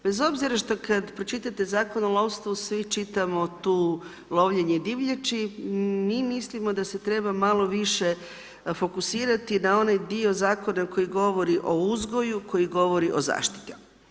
Bez obzira što kada pročitate Zakon o lovstvu, svi čitamo tu lovljenje divljači, mi mislimo da se treba malo više fokusirati na onaj dio zakona koji govori o uzgoju, koji govori o zaštiti.